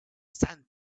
sand